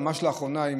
ממש לאחרונה,